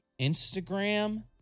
Instagram